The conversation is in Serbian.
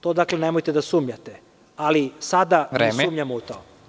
To nemojte da sumnjate, ali, sada mi sumnjamo u to.